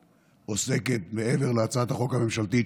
מעבר להצעת החוק הממשלתית,